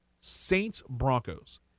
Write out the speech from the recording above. Saints-Broncos